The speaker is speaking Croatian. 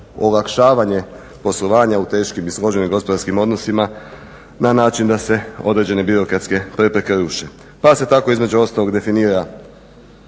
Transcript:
olakšavanje poslovanja u teškim i složenim gospodarskim odnosima na način da se određene birokratske prepreke ruše. Pa se tako između ostalog definira